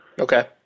Okay